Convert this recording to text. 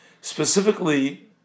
specifically